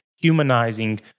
humanizing